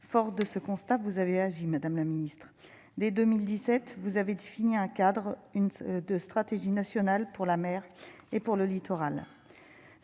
fort de ce constat, vous avez agi, Madame la Ministre, dès 2017 vous avez défini un cadre de stratégie nationale pour la mer et pour le littoral,